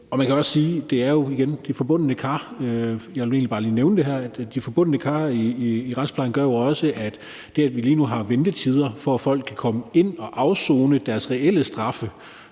Man kan også sige, at det jo igen er de forbundne kar. Jeg vil egentlig bare lige nævne det her: De forbundne kar i retsplejen gør jo også det, at vi lige nu har ventetider på, at folk kan komme ind at afsone deres reelle straffe.